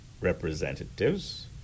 representatives